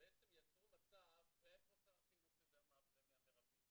בעצם יצרו מצב- -- מאיפה שר החינוך יודע מה הפרמיה המרבית,